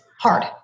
hard